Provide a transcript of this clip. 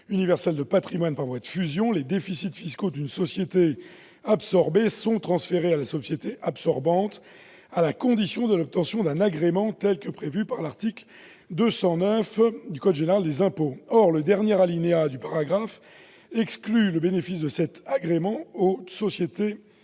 universelle de patrimoine par voie de fusion, les déficits fiscaux d'une société absorbée sont transférés à la société absorbante à la condition de l'obtention d'un agrément, tel que prévu par l'article 209 du code général des impôts. Or le dernier alinéa du paragraphe de cet article exclut le bénéfice de cet agrément aux sociétés ayant